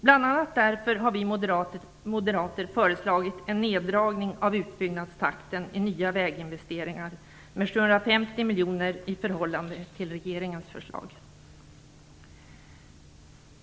Bl.a. därför har vi moderater föreslagit en neddragning av utbyggnadstakten i nya väginvesteringar med 750 miljoner i förhållande till regeringens förslag.